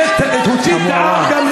אל תפריע לו, אדוני היושב-ראש.